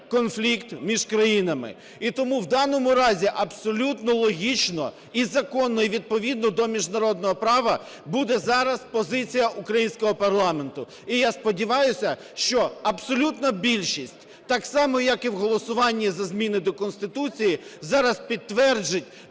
конфлікт між країнами. І тому в даному разі абсолютно логічно і законно, і відповідно до міжнародного права буде зараз позиція українського парламенту. І я сподіваюся, що абсолютна більшість, так само, як і в голосуванні за зміни до Конституції, зараз підтвердить